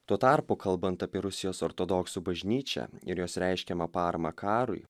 tuo tarpu kalbant apie rusijos ortodoksų bažnyčią ir jos reiškiamą paramą karui